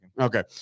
Okay